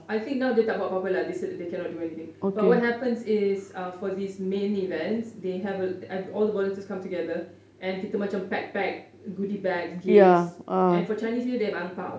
I think now dia tak buat apa-apa lah this year they cannot do anything but what happens is for these main events they have uh all volunteers come together and kita macam pack pack goodie bags gifts and for chinese new year they have ang pao